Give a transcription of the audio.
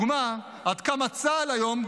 אבל זו דוגמה עד כמה צה"ל היום,